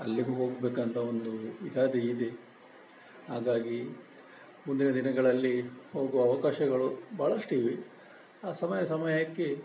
ಅಲ್ಲಿಗೂ ಹೋಗ್ಬೇಕಂತ ಒಂದು ಇರಾದೆ ಇದೆ ಹಾಗಾಗಿ ಮುಂದಿನ ದಿನಗಳಲ್ಲಿ ಹೋಗುವ ಅವಕಾಶಗಳು ಬಹಳಷ್ಟಿವೆ ಆ ಸಮಯ ಸಮಯಕ್ಕೆ